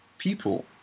People